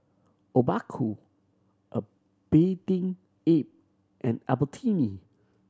Obaku A Bathing Ape and Albertini